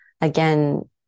again